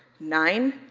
nine,